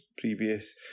previous